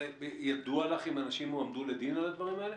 ידוע לך אם אנשים הועמדו לדין על הדברים האלה?